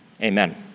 amen